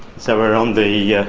so we're on the, yeah